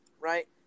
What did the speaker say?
right